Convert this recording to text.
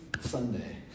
Sunday